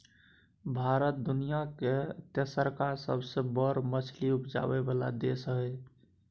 भारत दुनिया के तेसरका सबसे बड़ मछली उपजाबै वाला देश हय